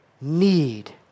need